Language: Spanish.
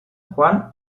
juan